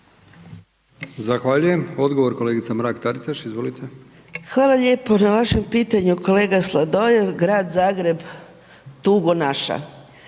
Zahvaljujem. Odgovor kolegica Mrak-Taritaš. Izvolite. **Mrak-Taritaš, Anka (GLAS)** Hvala lijepo na vašem pitanju kolega Sladoljev. Grad Zagreb, tugo naša.